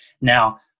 Now